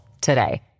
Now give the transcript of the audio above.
today